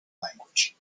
language